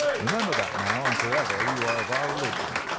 remember that now and for ever you are of our religion.